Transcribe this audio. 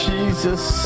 Jesus